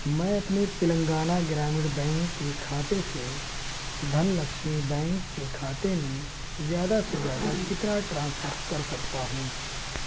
میں اپنے تلنگانہ گرامین بینک کے کھاتے سے دھن لکشمی بینک کے کھاتے میں زیادہ سے زیادہ کتنا ٹرانسفر کر سکتا ہوں